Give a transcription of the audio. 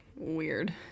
weird